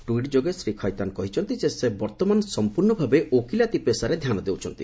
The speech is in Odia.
ଟିଇଟ୍ ଯୋଗେ ଶ୍ରୀ ଖୈତାନ କହିଛନ୍ତି ସେ ବର୍ତ୍ତମାନ ସମ୍ପର୍ଶ୍ଣଭାବେ ଓକିଲାତି ପେଷାରେ ଧ୍ୟାନ ଦେଉଛନ୍ତି